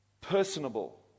personable